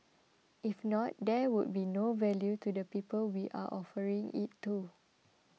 if not there would be no value to the people we are offering it to